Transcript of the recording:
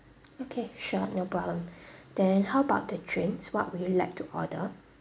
okay sure no problem then how about the drinks what would you like to order